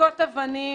זריקות אבנים